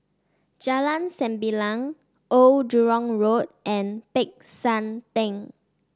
Jalan Sembilang Old Jurong Road and Peck San Theng